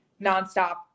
nonstop